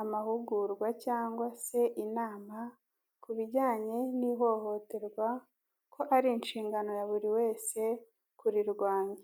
amahugurwa cyangwa se inama ku bijyanye n'ihohoterwa ko ari inshingano ya buri wese kurirwanya.